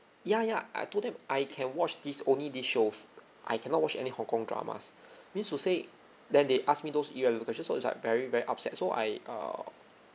ya ya I told them I can watch these only these shows I cannot watch any hong kong dramas means to say then they ask me those irrelevant questions so it's like very very upset so I err